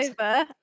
over